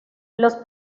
los